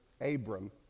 abram